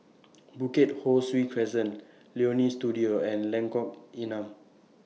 Bukit Ho Swee Crescent Leonie Studio and Lengkok Enam